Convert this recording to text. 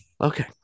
Okay